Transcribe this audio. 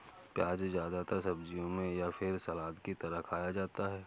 प्याज़ ज्यादातर सब्जियों में या फिर सलाद की तरह खाया जाता है